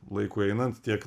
laikui einant tiek